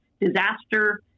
disaster